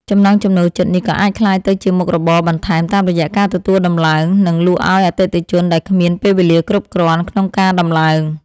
ចំណង់ចំណូលចិត្តនេះក៏អាចក្លាយទៅជាមុខរបរបន្ថែមតាមរយៈការទទួលដំឡើង និងលក់អោយអតិថិជនដែលគ្មានពេលវេលាគ្រប់គ្រាន់ក្នុងការដំឡើង។